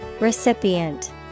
recipient